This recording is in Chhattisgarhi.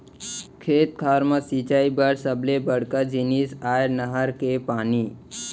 खेत खार म सिंचई बर सबले बड़का जिनिस आय नहर के पानी